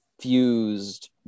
fused